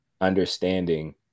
understanding